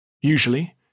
Usually